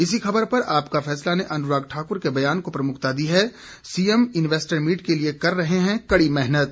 इसी ख़बर पर आपका फैसला ने अनुराग ठाकुर के बयान को प्रमुखता दी है सीएम इन्वेस्टर मीट के लिए कर रहें हैं कड़ी मेहनत